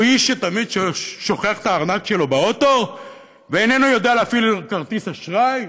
הוא איש שתמיד שוכח את הארנק שלו באוטו ואיננו יודע להפעיל כרטיס אשראי?